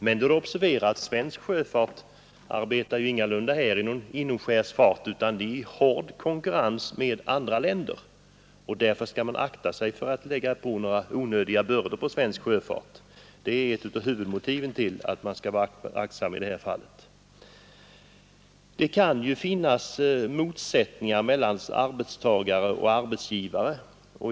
Men det bör observeras att svensk sjöfart ingalunda arbetar här hemma i inomskärsfart, utan svenska fartyg arbetar i hård konkurrens med andra länders fartyg. Därför skall vi akta oss för att lägga på svensk sjöfart några onödiga bördor. Det är ett av huvudmotiven till att vi skall vara aktsamma. Det kan finnas motsättningar mellan arbetstagare och arbetsgivare.